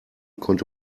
konnte